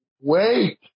Wait